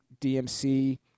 DMC